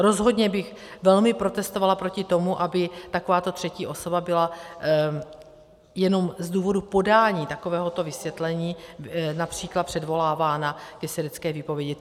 Rozhodně bych velmi protestovala proti tomu, aby takováto třetí osoba byla jenom z důvodu podání takovéhoto vysvětlení například předvolávána ke svědecké výpovědi.